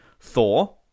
Thor